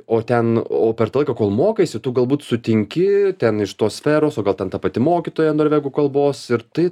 o ten o per tą laiką kol mokaisi tu galbūt sutinki ten iš tos sferos o gal ten ta pati mokytoja norvegų kalbos ir tai